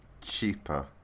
cheaper